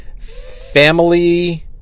Family